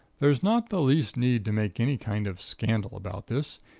there's not the least need to make any kind of scandal about this.